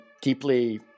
deeply